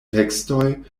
tekstoj